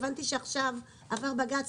הבנתי שעכשיו עבר בג"ץ,